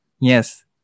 yes